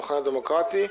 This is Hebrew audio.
המחנה הדמוקרטי,